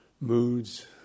moods